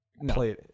no